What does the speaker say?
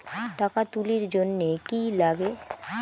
টাকা তুলির জন্যে কি লাগে?